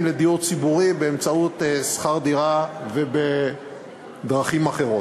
לדיור ציבורי באמצעות שכר דירה ובדרכים אחרות.